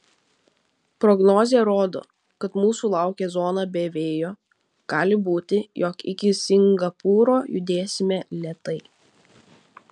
prognozė rodo kad mūsų laukia zona be vėjo gali būti jog iki singapūro judėsime lėtai